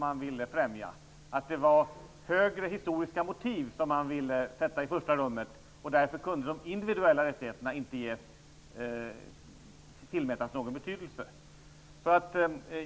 Man ville sätta högre sociala mål i första rummet, och därför kunde de individuella rättigheterna inte tillmätas någon betydelse.